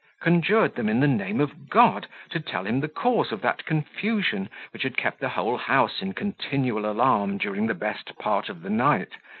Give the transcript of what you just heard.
conjured them, in the name of god, to tell him the cause of that confusion which had kept the whole house in continual alarm during the best part of the night,